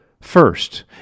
first